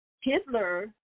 Hitler